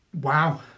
Wow